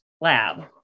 lab